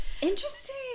Interesting